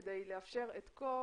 כדי לאפשר את כל